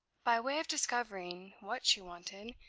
by way of discovering what she wanted,